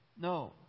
no